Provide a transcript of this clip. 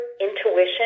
intuition